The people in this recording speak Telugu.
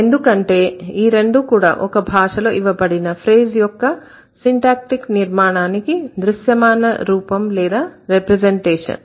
ఎందుకంటే ఈ రెండూ కూడా ఒక భాషలో ఇవ్వబడిన ఫ్రేజ్ యొక్క సిన్టాక్టీక్ నిర్మాణానికి దృశ్యమాన రూపం లేదా రిప్రజెంటేషన్